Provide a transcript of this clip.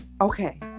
Okay